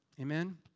Amen